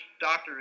doctor